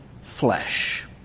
flesh